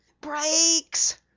Brakes